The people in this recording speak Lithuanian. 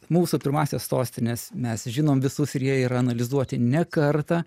mūsų pirmąsias sostines mes žinom visus ir jie yra analizuoti ne kartą